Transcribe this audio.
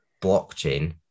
blockchain